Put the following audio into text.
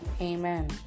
Amen